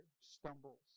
stumbles